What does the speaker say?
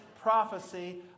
prophecy